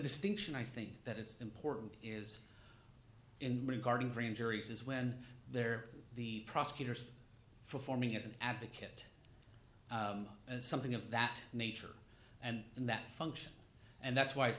distinction i think that is important is in regarding frame juries as when they're the prosecutors performing as an advocate something of that nature and that function and that's why